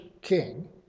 king